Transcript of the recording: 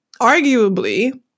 arguably